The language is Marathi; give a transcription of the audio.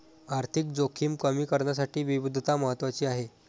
आर्थिक जोखीम कमी करण्यासाठी विविधता महत्वाची आहे